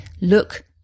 look